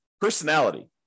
personality